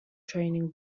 training